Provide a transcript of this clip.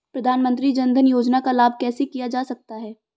प्रधानमंत्री जनधन योजना का लाभ कैसे लिया जा सकता है?